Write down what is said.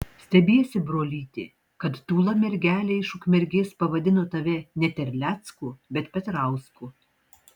stebiesi brolyti kad tūla mergelė iš ukmergės pavadino tave ne terlecku bet petrausku